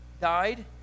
died